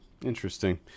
Interesting